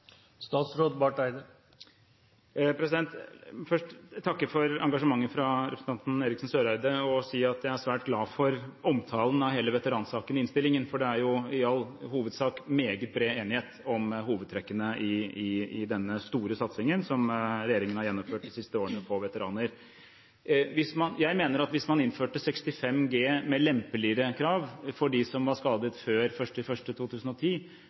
først takke representanten Eriksen Søreide for engasjementet og si at jeg er svært glad for omtalen av hele veteransaken i innstillingen, for det er jo i all hovedsak meget bred enighet om hovedtrekkene i den store satsingen som regjeringen har gjennomført for veteraner de siste årene. Jeg mener at hvis man innførte 65 G med lempeligere krav for dem som var skadet før 1. januar 2010,